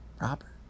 Robert